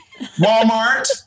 walmart